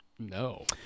No